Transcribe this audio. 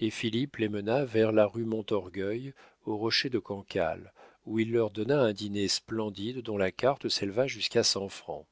et philippe les mena vers la rue montorgueil au rocher de cancale où il leur donna un dîner splendide dont la carte s'éleva jusqu'à cent francs